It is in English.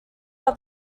are